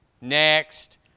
next